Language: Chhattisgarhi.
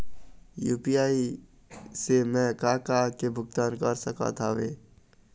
यू.पी.आई से मैं का का के भुगतान कर सकत हावे?